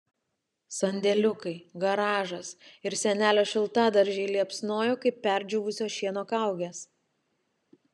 sandėliukai garažas ir senelio šiltadaržiai liepsnojo kaip perdžiūvusio šieno kaugės